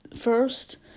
First